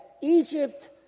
Egypt